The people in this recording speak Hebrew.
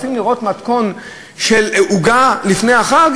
רוצים לראות מתכון של עוגה לפני החג?